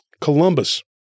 Columbus